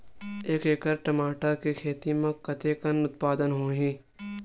एक एकड़ टमाटर के खेती म कतेकन उत्पादन होही?